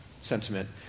sentiment